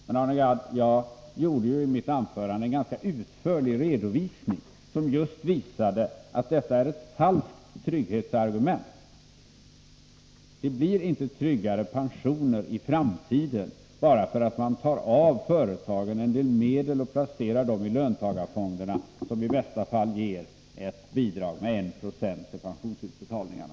Men, Arne Gadd, jag gav ju i mitt anförande en ganska utförlig redovisning, som just visade att detta är ett falskt trygghetsargument. Det blir inte tryggare pensioner i framtiden bara därför att man tar av företagen en del medel och placerar dem i löntagarfonder, som i bästa fall ger ett bidrag med 1 9 till pensionsutbetalningarna.